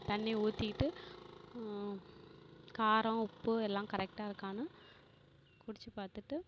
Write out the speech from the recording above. தண்ணி ஊற்றிக்கிட்டு காரம் உப்பு எல்லாம் கரெக்டாக இருக்கானு குடித்து பார்த்துட்டு